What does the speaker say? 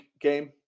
game